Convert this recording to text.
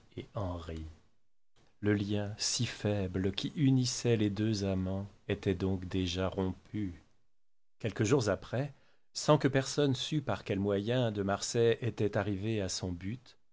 et henri le lien si faible qui unissait les deux amants était donc déjà rompu quelques jours après sans que personne sût par quels moyens de marsay était arrivé à son but